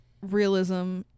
realism